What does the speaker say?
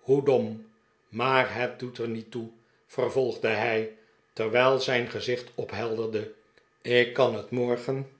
hoe dom maar het doet er niet toe vervolgde hij terwijl zijn gezicht ophelderde ik kan het morgen